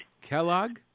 Kellogg